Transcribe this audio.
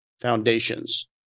Foundations